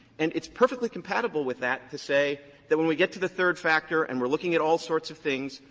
and it's perfectly compatible with that to say that when we get to the third factor and we're looking at all sorts of things,